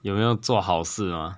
有没有做好事 mah